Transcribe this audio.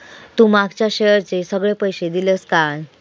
तू मागच्या शेअरचे सगळे पैशे दिलंस काय?